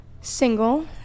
single